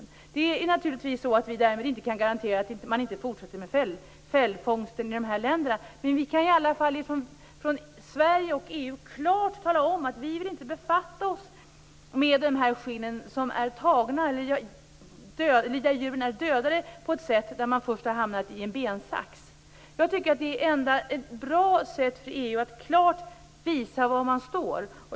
Därmed kan vi naturligtvis inte garantera att fällfångsten inte fortsätter i länderna i fråga men från Sveriges och EU:s sida kan det klart uttalas att vi inte vill befatta oss med skinn från djur som dödats efter att först ha hamnat i en bensax. Det vore ett bra sätt för EU att klart visa var man står.